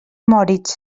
moritz